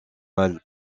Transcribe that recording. mal